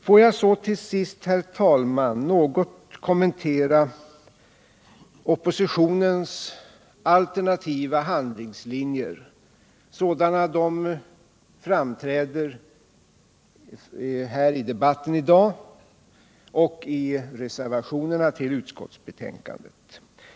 Får jag så, herr talman, något kommentera oppositionens alternativa handlingslinjer, sådana de framträder i debatten i dag och i reservationerna till utskottsbetänkandet.